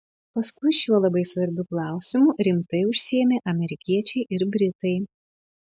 paskui šiuo labai svarbiu klausimu rimtai užsiėmė amerikiečiai ir britai